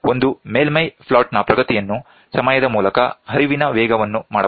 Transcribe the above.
ಒಂದು ಮೇಲ್ಮೈ ಪ್ಲಾಟ್ ನ ಪ್ರಗತಿಯನ್ನು ಸಮಯದ ಮೂಲಕ ಹರಿವಿನ ವೇಗವನ್ನು ಮಾಡಬಹುದು